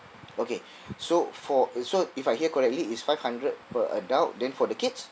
okay so for uh so if I hear correctly it's five hundred per adult then for the kids